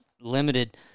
limited –